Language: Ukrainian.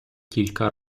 кілька